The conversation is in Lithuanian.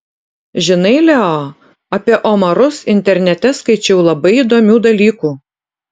žinai leo apie omarus internete skaičiau labai įdomių dalykų